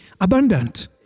abundant